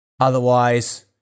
otherwise